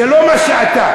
זה לא מה שאתה.